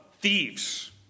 thieves